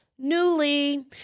Newly